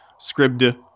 Scribd